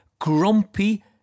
grumpy